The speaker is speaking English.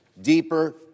deeper